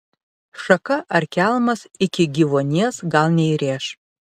šaka ar kelmas iki gyvuonies gal neįrėš